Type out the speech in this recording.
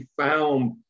found